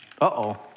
Uh-oh